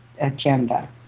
agenda